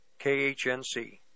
KHNC